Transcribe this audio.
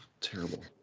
terrible